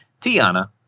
Tiana